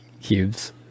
cubes